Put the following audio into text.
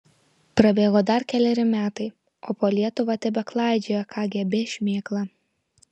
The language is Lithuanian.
prabėgo dar keleri metai o po lietuvą tebeklaidžioja kgb šmėkla